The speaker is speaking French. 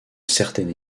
certaine